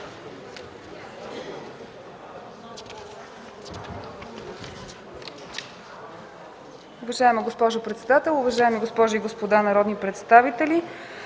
Уважаема госпожо министър, уважаеми дами и господа народни представители,